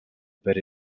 per